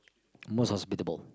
most hospitable